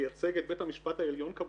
לייצג את בית המשפט העליון כמובן.